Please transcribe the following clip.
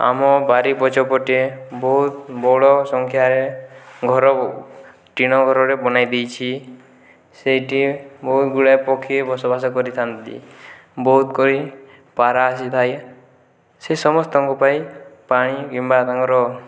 ଆମ ବାଡ଼ି ପଛପଟେ ବହୁତ ବଡ଼ ସଂଖ୍ୟାରେ ଘର ଟିଣ ଘରରେ ବନାଇ ଦେଇଛି ସେଇଠି ବହୁତ ଗୁଡ଼ାଏ ପକ୍ଷୀ ବସବାସ କରିଥାନ୍ତି ବହୁତ କରି ପାରା ଆସିଥାଏ ସେ ସମସ୍ତଙ୍କ ପାଇଁ ପାଣି କିମ୍ବା ତାଙ୍କର